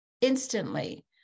instantly